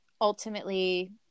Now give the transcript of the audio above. ultimately